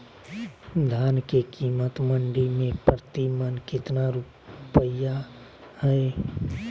धान के कीमत मंडी में प्रति मन कितना रुपया हाय?